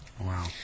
Wow